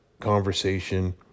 conversation